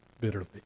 bitterly